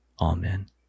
Amen